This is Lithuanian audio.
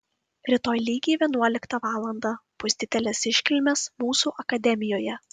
rytoj lygiai vienuoliktą valandą bus didelės iškilmės mūsų akademijoje